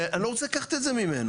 ואני לא רוצה לקחת את זה ממנו.